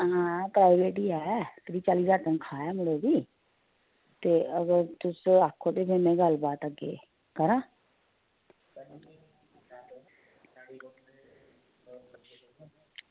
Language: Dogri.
आं घर बी ऐ ते पञ्ताली ज्हार तन्खाह् एह्दी ते अगर तुस आक्खो ते में गल्ल बात करांऽ